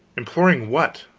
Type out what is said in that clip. imploring what?